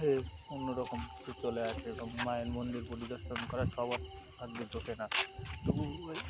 এ অন্যরকম কিছু চলে আসে এবং মায়ের মন্দির পরিদর্শন করার সবাব ভাগ্যে জোটে না